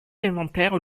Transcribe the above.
l’inventaire